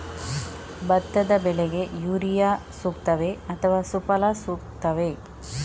ಭತ್ತದ ಬೆಳೆಗೆ ಯೂರಿಯಾ ಸೂಕ್ತವೇ ಅಥವಾ ಸುಫಲ ಸೂಕ್ತವೇ?